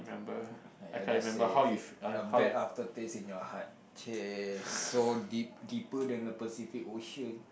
!aiya! just say a bad aftertaste in your heart chey so deep deeper than the Pacific Ocean